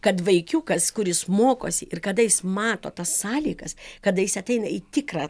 kad vaikiukas kuris mokosi ir kada jis mato tas sąlygas kada jis ateina į tikrą